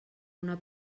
una